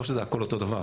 זה לא שזה הכול אותו דבר,